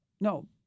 No